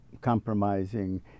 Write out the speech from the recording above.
compromising